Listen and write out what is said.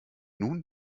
nun